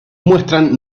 muestran